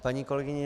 Paní kolegyně